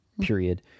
period